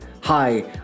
Hi